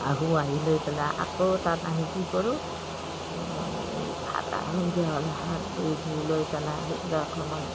আহোঁ আহি লৈ পেলাই আকৌ তাত আমি কি কৰোঁ এই হাত সন্ধিয়া হ'লে হাত ভৰি ধুই লৈ পেলাই আহি পেলাই অকণমান